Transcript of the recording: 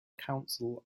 council